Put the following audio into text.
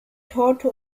torte